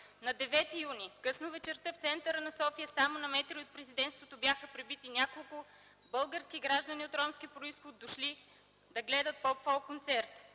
На 9 юни т.г. късно вечерта в центъра на София, само на метри от Президентството бяха пребити няколко български граждани от ромски произход, дошли да гледат попфолк концерт.